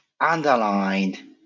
underlined